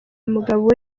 umugabo